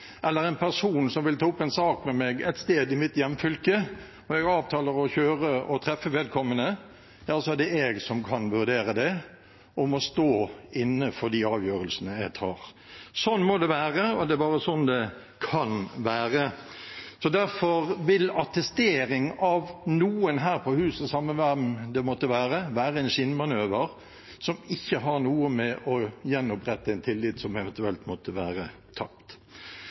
eller en person som vil ta opp en sak med meg et sted i mitt hjemfylke, og jeg avtaler å kjøre og treffe vedkommende, ja, så er det jeg som kan vurdere det og må stå inne for de avgjørelsene jeg tar. Sånn må det være, og det er bare sånn det kan være. Derfor vil attestering av noen her på huset, samme hvem det måtte være, være en skinnmanøver som ikke har noe å gjøre med å gjenopprette en tillit som eventuelt måtte være tapt.